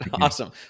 Awesome